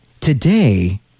Today